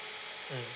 mm